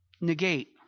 negate